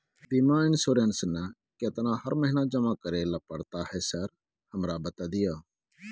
बीमा इन्सुरेंस ना केतना हर महीना जमा करैले पड़ता है सर हमरा बता दिय?